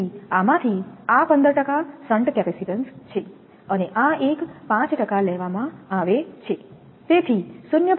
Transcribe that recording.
તેથી આમાંથી આ 15 શન્ટ કેપેસિટેન્સ છે અને આ એક 5 લેવામાં આવે છે તેથી 0